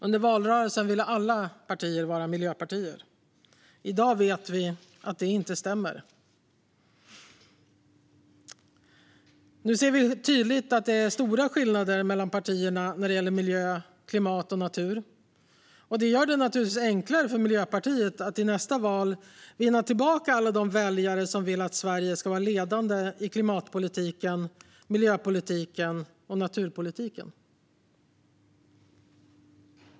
Under valrörelsen ville alla partier vara miljöpartier. I dag vet vi att det inte stämmer. Nu ser vi tydligt att det är stora skillnader mellan partierna när det gäller miljö, klimat och natur. Det gör det naturligtvis enklare för Miljöpartiet att i nästa val vinna tillbaka alla de väljare som vill att Sverige ska vara ledande i klimatpolitiken, miljöpolitiken och naturpolitiken.